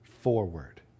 forward